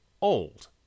old